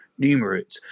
numerate